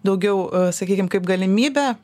daugiau sakykim kaip galimybė